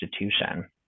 institution